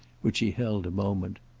which he held a moment.